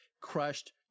crushed